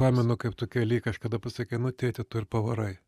pamenu kaip tu kely kažkada pasakei nu tėti tu ir pavarai